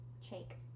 shake